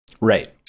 Right